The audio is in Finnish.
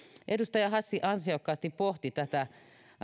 edustaja hassi ansiokkaasti pohti tätä